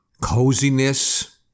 coziness